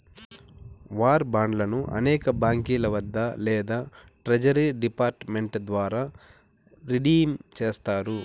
war బాండ్లను అనేక బాంకీల వద్ద లేదా ట్రెజరీ డిపార్ట్ మెంట్ ద్వారా రిడీమ్ చేస్తారు